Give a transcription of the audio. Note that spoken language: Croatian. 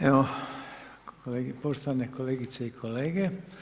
Evo, poštovane kolegice i kolege.